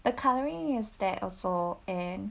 the colouring is that also and